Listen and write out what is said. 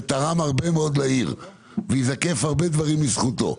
ותרם הרבה מאוד לעיר וייזקפו הרבה דברים לזכותו.